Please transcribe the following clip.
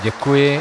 Děkuji.